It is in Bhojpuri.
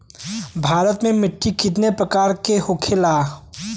भारत में मिट्टी कितने प्रकार का होखे ला?